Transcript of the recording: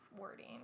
wording